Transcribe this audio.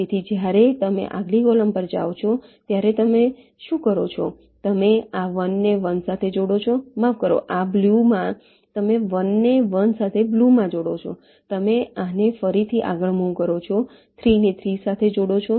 તેથી જ્યારે તમે આગલી કૉલમ પર જાઓ ત્યારે તમે શું કરો છો તમે આ 1 ને 1 સાથે જોડો છો માફ કરો આ બ્લૂમાં તમે 1 ને 1 સાથે બ્લૂમાં જોડો છો તમે આને ફરીથી આગળ મુવ કરો છો 3 ને 3 સાથે જોડો છો